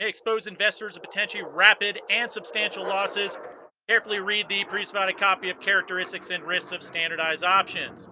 exposed investors and potentially rapid and substantial losses carefully read the priest not a copy of characteristics and risks of standardized options